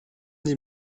die